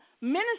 minister